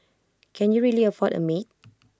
can you really afford A maid